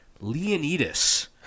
Leonidas